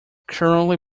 currently